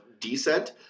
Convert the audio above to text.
descent